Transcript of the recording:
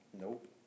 Nope